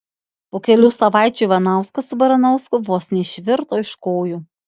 po kelių savaičių ivanauskas su baranausku vos neišvirto iš kojų